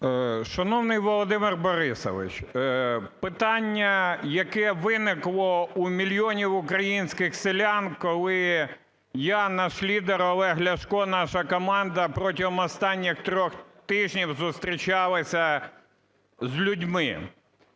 Шановний Володимир Борисович! Питання, яке виникло у мільйонів українських селян, коли я, наш лідер Олег Ляшко, наша команда протягом останніх трьох тижнів зустрічалася з людьми.